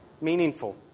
meaningful